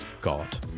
god